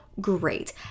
great